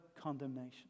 condemnation